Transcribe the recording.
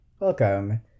welcome